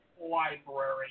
Library